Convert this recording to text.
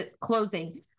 closing